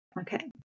Okay